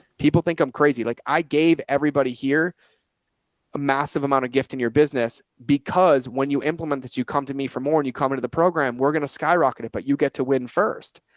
people think i'm crazy. like i gave everybody here a massive amount of gift in your business because when you implement that, you come to me for more and you come into the program, we're going to skyrocket it, but you get to win. first.